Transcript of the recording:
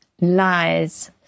lies